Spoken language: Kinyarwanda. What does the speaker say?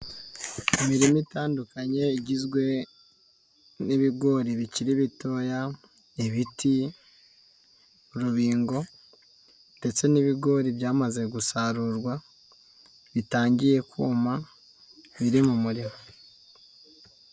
Imirima itandukanye igizwe, n'ibigori bikiri bitoya, ibiti, urubingo, ndetse n'ibigori byamaze gusarurwa, bitangiye kuma, biri mu murima.